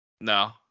No